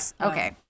Okay